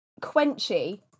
Quenchy